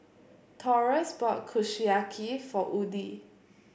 Taurus bought Kushiyaki for Woodie